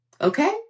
Okay